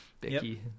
bicky